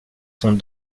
sont